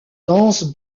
dance